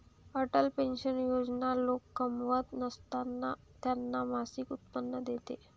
Atal pension Yojana लोक कमावत नसताना त्यांना मासिक उत्पन्न देते